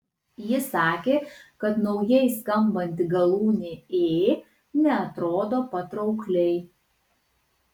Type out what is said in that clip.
ji sakė kad naujai skambanti galūnė ė neatrodo patraukliai